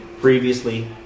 previously